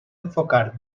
enfocar